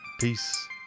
Peace